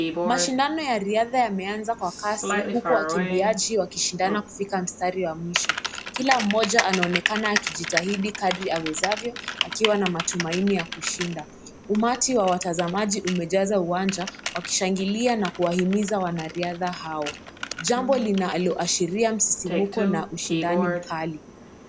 Mashindano ya riadha yameanza kwa kasi huku wakimbiaji wakishindana kufika mstari ya mwisho. Kila mmoja anaonekana akijitahidi kadri awezavyo akiwa na matumaini ya kushinda. Umati wa watazamaji umejaza uwanja wakishangilia na kuwahimiza wanariadha hao. Jambo linaloashiria msisimuko na ushidani mkali.